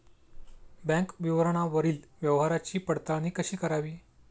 Bank विवरणावरील व्यवहाराची पडताळणी कशी करावी?